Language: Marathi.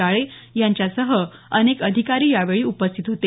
काळे यांच्यासह अनेक अधिकारी यावेळी उपस्थित होते